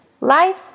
Life